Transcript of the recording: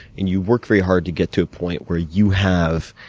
and you work very hard to get to a point where you have